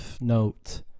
note